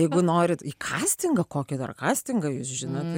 jeigu norit į kastingą kokį dar kastingą jūs žinot